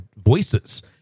Voices